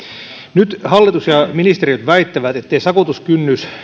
nyt hallitus ja ministeriöt väittävät ettei sakotuskynnys